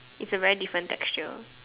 it's a very different texture